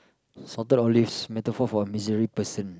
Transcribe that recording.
salted olives metaphor for miserly person